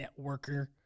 Networker